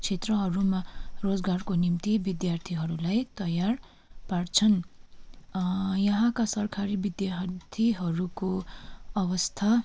क्षेत्रहरूमा रोजगारको निम्ति विद्यार्थीहरूलाई तयार पार्छन् यहाँका सरकारी विद्यार्थीहरूको अवस्था